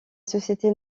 société